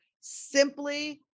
simply